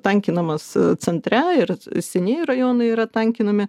tankinamas centre ir senieji rajonai yra tankinami